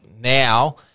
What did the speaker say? now